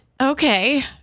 okay